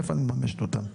איפה אני מממשת אותם?